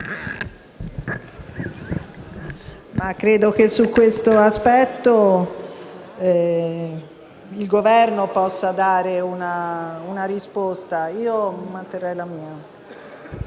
credo che su questo aspetto sia il Governo a dover dare una risposta. Io manterrei il mio